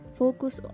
focus